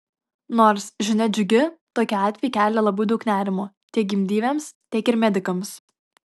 nors žinia džiugi tokie atvejai kelia labai daug nerimo tiek gimdyvėms tiek ir medikams